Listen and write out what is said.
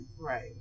Right